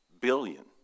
billion